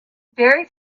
very